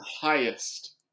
highest